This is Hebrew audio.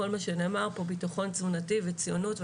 כל מה שנאמר פה, בטחון תזונתי, וציונות.